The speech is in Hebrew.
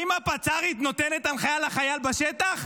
האם הפצ"רית נותנת הנחיה לחייל בשטח?